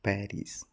Paris